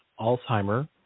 Alzheimer